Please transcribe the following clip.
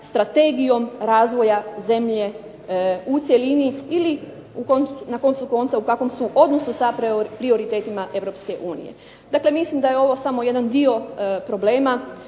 strategijom razvoja zemlje u cjelini ili na koncu konca u kakvom su odnosu sa prioritetima Europske unije. Dakle, mislim da je ovo samo jedan dio problema